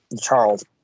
Charles